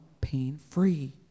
pain-free